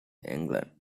england